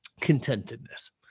contentedness